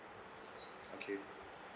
okay